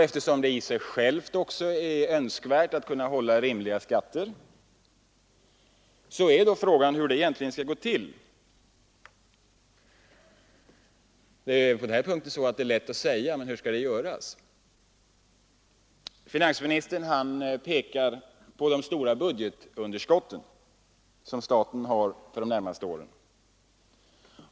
Eftersom det i sig självt dessutom är önskvärt att kunna hålla skattetrycket nere är då frågan, hur det egentligen skall gå till. Det är ju även på den här punkten så, att det är lätt att säga, men hur skall det göras? Finansministern pekar på de stora budgetunderskott som staten har för de närmaste åren.